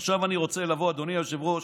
עכשיו אני רוצה לבוא, אדוני היושב-ראש,